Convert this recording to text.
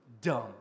dumb